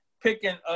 Picking